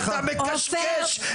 אתה מקשקש.